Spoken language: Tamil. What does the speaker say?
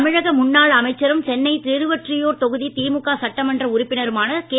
தமிழக முன்னாள் அமைச்சரும் சென்னை திருவொற்றியூர் தொகுதி திமுக சட்டமன்ற உறுப்பினருமான கே